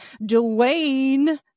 Dwayne